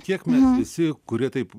kiek mes visi kurie taip